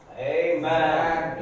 Amen